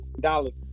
dollars